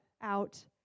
out